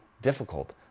difficult